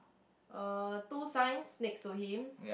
uh two signs next to him